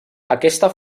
aquesta